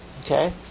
Okay